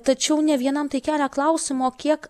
tačiau ne vienam tai kelia klausimą o kiek